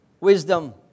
wisdom